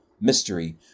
mystery